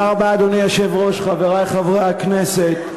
אדוני היושב-ראש, תודה רבה, חברי חברי הכנסת,